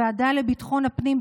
ועדת ביטחון הפנים,